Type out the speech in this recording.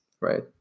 right